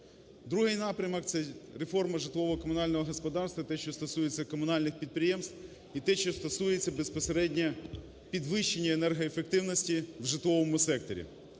Другий напрямок – це реформа житлово-комунального господарства те, що стосується комунальних підприємств, і те, що стосується безпосередньо підвищення енергоефективності у житловому секторі.